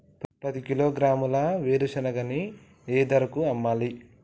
పది కిలోగ్రాముల వేరుశనగని ఏ ధరకు అమ్మాలి?